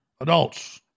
adults